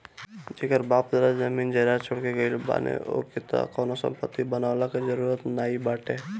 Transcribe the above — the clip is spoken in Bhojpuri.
जेकर बाप दादा जमीन जायदाद छोड़ के गईल बाने ओके त कवनो संपत्ति बनवला के जरुरत नाइ बाटे